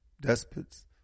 despots